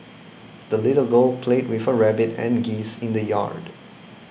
the little girl played with her rabbit and geese in the yard